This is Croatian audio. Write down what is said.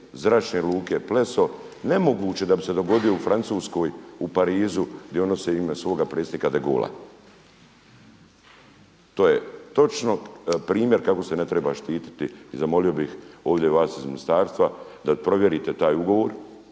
Zračne luke Pleso nemoguće da bi se dogodio u Francuskoj u Parizu gdje nosi ime svoga predsjednika de Gaulle. To je točno primjer kako se ne treba štititi i zamolio bih ovdje vas iz ministarstva da provjerite taj ugovor